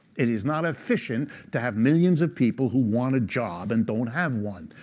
it is not efficient to have millions of people who want a job and don't have one.